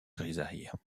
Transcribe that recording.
grisaille